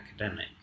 academic